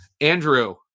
Andrew